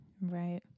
Right